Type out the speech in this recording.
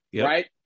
right